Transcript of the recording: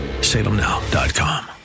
salemnow.com